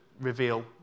reveal